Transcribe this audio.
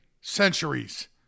centuries